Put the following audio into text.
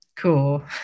cool